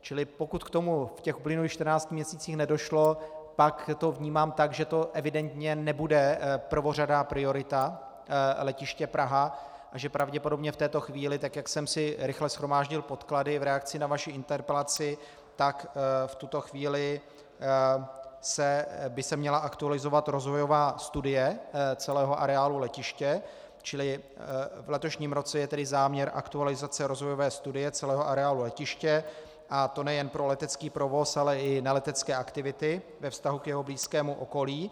Čili pokud k tomu v těch uplynulých čtrnácti měsících nedošlo, pak to vnímám tak, že to evidentně nebude prvořadá priorita letiště Praha a že pravděpodobně v této chvíli, jak jsem si rychle shromáždil podklady v reakci na vaši interpelaci, tak v tuto chvíli by se měla aktualizovat rozvojová studie celého areálu letiště, čili v letošním roce je tedy záměr aktualizace rozvojové studie celého areálu letiště, a to nejen pro letecký provoz, ale i na letecké aktivity ve vztahu k jeho blízkému okolí.